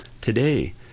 Today